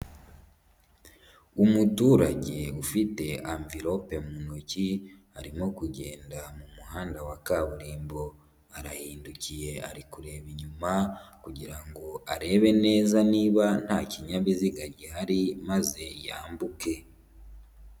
Umuturage ufite anvirope mu ntoki, arimo kugenda mu muhanda wa kaburimbo, arahindukiye ari kureba inyuma kugira ngo arebe neza niba nta kinyabiziga gihari maze yambuke.